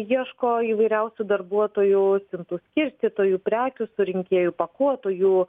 ieško įvairiausių darbuotojų siuntų skirstytojų prekių surinkėjų pakuotojų